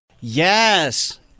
Yes